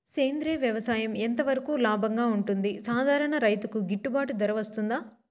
సేంద్రియ వ్యవసాయం ఎంత వరకు లాభంగా ఉంటుంది, సాధారణ రైతుకు గిట్టుబాటు ధర వస్తుందా?